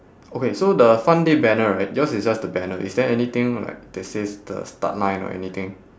okay so the fun day banner right yours is just the banner is there anything like that says the start line or anything